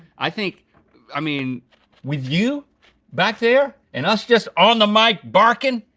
i think i mean with you back there and us just on the mic barking,